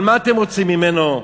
מה אתם רוצים ממנו?